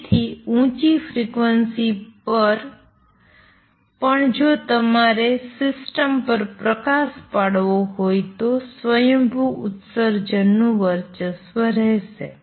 તેથી ઉંચી ફ્રિક્વન્સી પર પણ જો તમારે સિસ્ટમ પર પ્રકાશ પાડવો હોય તો સ્વયંભૂ ઉત્સર્જનનું વર્ચસ્વ રહેશે